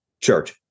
Church